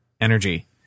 energy